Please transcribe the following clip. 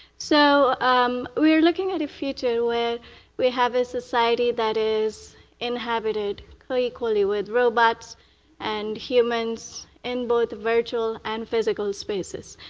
so um we're looking at a future where we have a society that is inhabited coequally with robots and humans in both virtue and physical spaces.